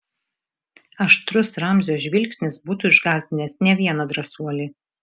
aštrus ramzio žvilgsnis būtų išgąsdinęs ne vieną drąsuolį